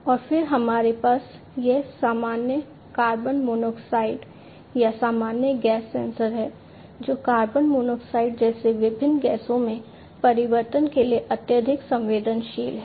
और फिर हमारे पास यह सामान्य कार्बन मोनोऑक्साइड या सामान्य गैस सेंसर है जो कार्बन मोनोऑक्साइड जैसे विभिन्न गैसों में परिवर्तन के लिए अत्यधिक संवेदनशील है